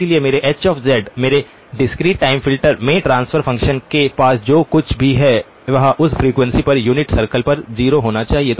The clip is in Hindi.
इसलिए मेरे Hz मेरे डिस्क्रीट टाइम फ़िल्टर के ट्रांसफर फ़ंक्शन के पास जो कुछ भी है वह उस फ्रीक्वेंसी पर यूनिट सर्कल पर 0 होना चाहिए